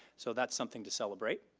so that's something to celebrate.